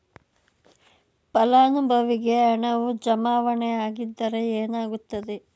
ಫಲಾನುಭವಿಗೆ ಹಣವು ಜಮಾವಣೆ ಆಗದಿದ್ದರೆ ಏನಾಗುತ್ತದೆ?